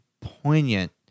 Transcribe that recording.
poignant